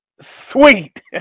sweet